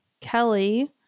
Kelly